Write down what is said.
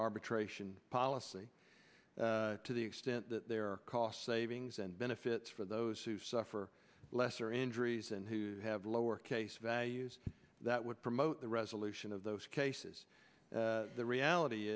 arbitration policy to the extent that there are cost savings and benefits for those who suffer lesser injuries and who have lower case values that would promote the resolution of those cases the reality